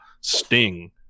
Sting